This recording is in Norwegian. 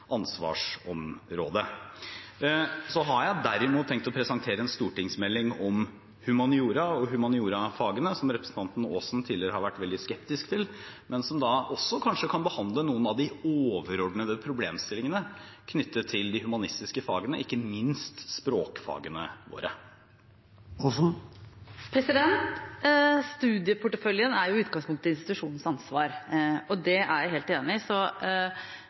har derimot tenkt å presentere en stortingsmelding om humaniora og humaniorafagene, som representanten Aasen tidligere har vært veldig skeptisk til, men som også kanskje kan behandle noen av de overordnede problemstillingene knyttet til de humanistiske fagene, ikke minst språkfagene våre. Studieporteføljen er i utgangspunktet institusjonenes ansvar. Det er jeg helt enig